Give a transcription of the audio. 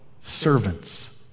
servants